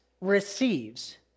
receives